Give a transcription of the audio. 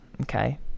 okay